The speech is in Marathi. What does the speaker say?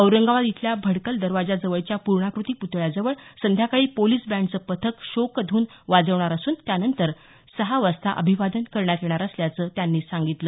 औरंगाबाद इथल्या भडकल दरवाजा जवळच्या पुणोकृती प्तळ्याजवळ संध्याकाळी पोलिस बँडचे पथक शोक धून वाजवणार असून त्यानंतर सहा वाजता अभिवादन करण्यात येणार असल्याचं त्यांनी सांगितलं